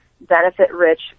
benefit-rich